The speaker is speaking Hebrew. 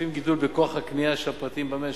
משקפים גידול בכוח הקנייה של הפרטים במשק,